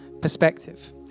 perspective